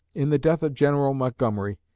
in the death of general montgomery,